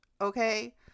Okay